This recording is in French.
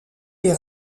les